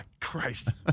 Christ